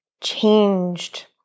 changed